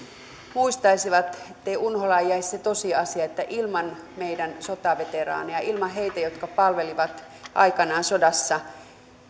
muistaisivat ettei unholaan jäisi se tosiasia että ilman meidän sotaveteraaneja ilman heitä jotka palvelivat aikanaan sodassa